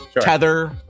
Tether